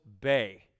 Bay